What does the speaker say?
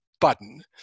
button